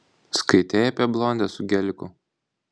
skaitei apie blondę su geliku